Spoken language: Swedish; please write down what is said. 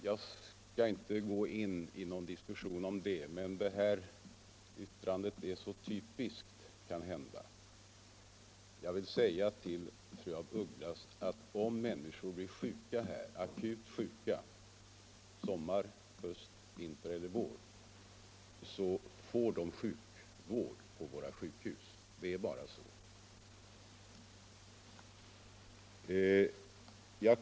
Jag skall inte gå in på någon diskussion om det påståendet, men jag vill ändå säga till fru af Ugglas att människor som blir akut sjuka, oavsett om det är sommar, höst, vinter eller vår, får sjukvård på våra sjukhus. Det är helt klart.